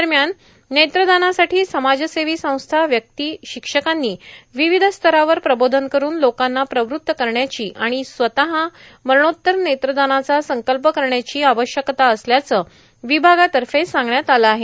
दरम्यान नेत्रदानासाठी समाजसेवी संस्था व्यक्ती शिक्षकांनी विविध स्तरावर प्रबोधन करून लोकांना प्रवृत्त करण्याची आणि स्वतः मरणोत्तर नेत्रदानाचा संकल्प करण्याची आवश्यकता असल्याचं विभागातर्फे सांगण्यात आलं आहे